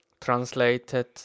translated